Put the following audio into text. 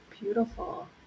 Beautiful